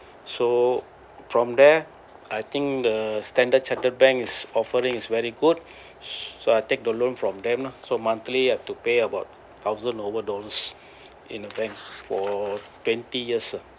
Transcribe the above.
so from there I think the Standard Chartered bank's offering is very good so I take the loan from them lah so monthly I have to pay about thousand over dollars in the banks for twenty years